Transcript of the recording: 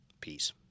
Peace